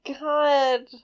god